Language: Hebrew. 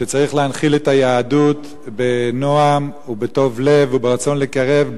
שצריך להנחיל את היהדות בנועם ובטוב לב וברצון לקרב,